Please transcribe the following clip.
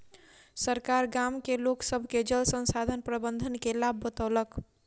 सरकार गाम के लोक सभ के जल संसाधन प्रबंधन के लाभ बतौलक